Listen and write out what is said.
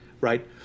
Right